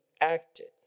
acted